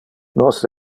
nos